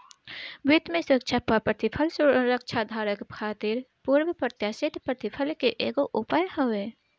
वित्त में सुरक्षा पअ प्रतिफल सुरक्षाधारक खातिर पूर्व प्रत्याशित प्रतिफल के एगो उपाय हवे